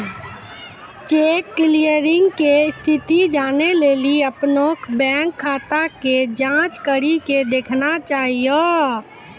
cheque clearing के स्थिति जानै लेली अपनो बैंक खाता के जांच करि के देखना चाहियो